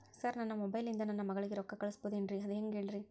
sir ನನ್ನ mobile ಇಂದ ನನ್ನ ಮಗಳಿಗೆ ರೊಕ್ಕಾ ಕಳಿಸಬಹುದೇನ್ರಿ ಅದು ಹೆಂಗ್ ಹೇಳ್ರಿ